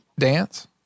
Dance